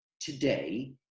today